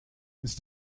ist